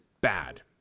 bad